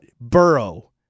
Burrow